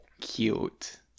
Cute